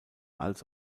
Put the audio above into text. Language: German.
als